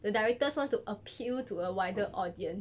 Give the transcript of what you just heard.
the directors want to appeal to a wider audience